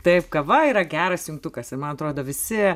taip kava yra geras jungtukas ir man atrodo visi